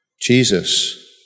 Jesus